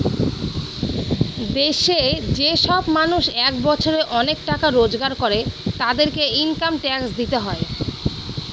দেশে যে সব মানুষ এক বছরে অনেক টাকা রোজগার করে, তাদেরকে ইনকাম ট্যাক্স দিতে হয়